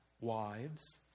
wives